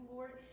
Lord